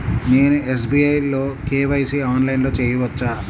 నేను ఎస్.బీ.ఐ లో కే.వై.సి ఆన్లైన్లో చేయవచ్చా?